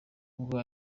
ubwo